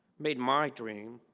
made my dream